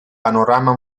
panorama